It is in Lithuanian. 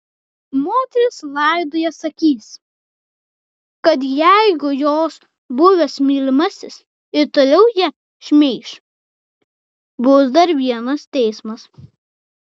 moteris laidoje sakys kad jeigu jos buvęs mylimasis ir toliau ją šmeiš bus dar vienas teismas